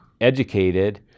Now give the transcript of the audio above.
educated